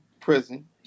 prison